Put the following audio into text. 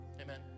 Amen